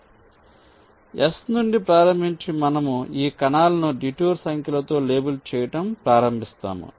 కాబట్టి S నుండి ప్రారంభించి మనము ఈ కణాలను డిటూర్ సంఖ్యలతో లేబుల్ చేయటం ప్రారంభిస్తాము